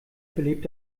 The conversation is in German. belebt